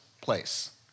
place